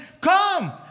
come